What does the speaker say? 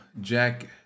Jack